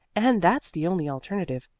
and that's the only alternative.